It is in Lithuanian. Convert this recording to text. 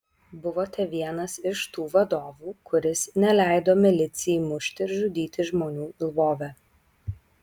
buvote vienas iš tų vadovų kuris neleido milicijai mušti ir žudyti žmonių lvove